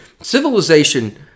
Civilization